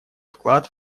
вклад